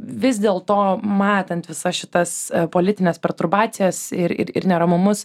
vis dėlto matant visas šitas politines perturbacijas ir ir ir neramumus